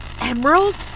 Emeralds